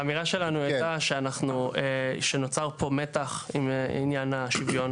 האמירה שלנו הייתה שנוצר פה מתח בעניין השוויון